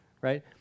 Right